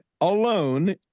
alone